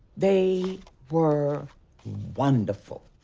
they were wonderful.